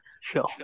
Sure